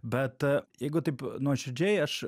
bet jeigu taip nuoširdžiai aš